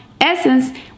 essence